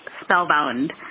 Spellbound